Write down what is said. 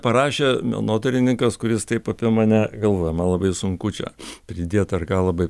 parašė menotyrininkas kuris taip apie mane galvoja man labai sunku čia pridėt ar ką labai